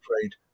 afraid